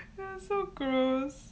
so gross